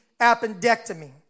appendectomy